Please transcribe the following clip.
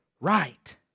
right